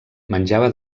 menjava